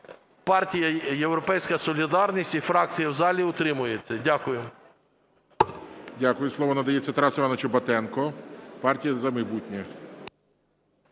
партія "Європейська солідарність" і фракція взагалі утримується. Дякую. ГОЛОВУЮЧИЙ. Дякую. Слово надається Тарасу Івановичу Батенку, "Партія "За майбутнє".